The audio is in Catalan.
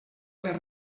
les